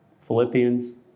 Philippians